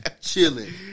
Chilling